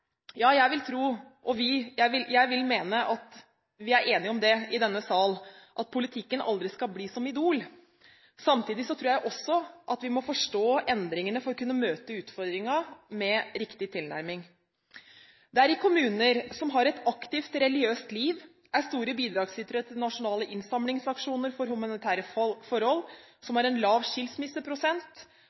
Ja, jeg vil mene at vi er enige i denne sal om at politikken aldri skal bli som Idol, samtidig tror jeg vi må forstå endringene for å kunne møte utfordringen med riktig tilnærming. Det er i kommuner som har et aktivt religiøst liv, er store bidragsytere til nasjonale innsamlingsaksjoner for humanitære forhold, som har en lav skilsmisseprosent